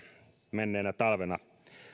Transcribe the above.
menneenä talvena